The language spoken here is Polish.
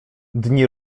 dni